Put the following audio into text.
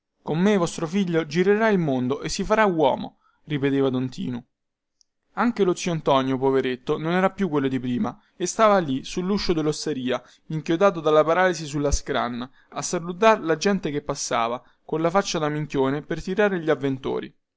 con me vostro figlio girerà il mondo e si farà uomo ripeteva don tinu anche lo zio antonio poveretto non era più quello di prima e stava lì sulluscio dellosteria inchiodato dalla paralisi sulla scranna a salutar la gente che passava colla faccia da minchione per tirare gli avventori